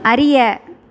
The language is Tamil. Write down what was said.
அறிய